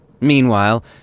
Meanwhile